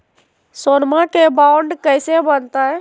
सोनमा के बॉन्ड कैसे बनते?